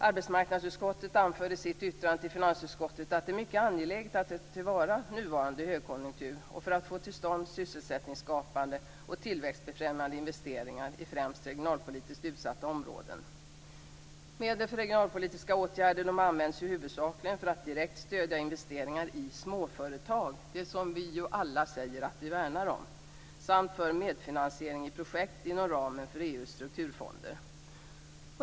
Arbetsmarknadsutskottet anför i sitt yttrande till finansutskottet att det är mycket angeläget att ta till vara nuvarande högkonjunktur för att få till stånd sysselsättningsskapande och tillväxtbefrämjande investeringar i främst regionalpolitiskt utsatta områden. Medel för regionalpolitiska åtgärder används huvudsakligen för att direkt stödja investeringar i småföretag - det som vi ju alla säger att vi värnar - samt för medfinansiering i projekt inom ramen för EU:s strukturfonder.